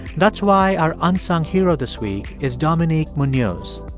that's why our unsung hero this week is dominique munoz.